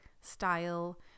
style